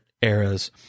eras